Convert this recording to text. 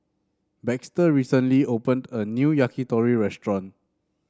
Baxter recently opened a new Yakitori Restaurant